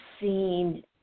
seen